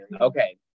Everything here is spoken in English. Okay